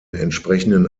entsprechenden